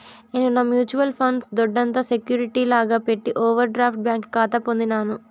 నేను నా mutual funds దొడ్డంత సెక్యూరిటీ లాగా పెట్టి ఓవర్ డ్రాఫ్ట్ బ్యాంకి కాతా పొందినాను